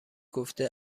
گفته